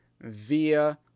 via